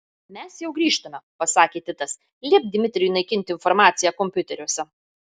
mes jau grįžtame pasakė titas liepk dmitrijui naikinti informaciją kompiuteriuose